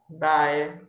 Bye